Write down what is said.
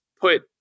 put